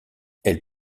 elle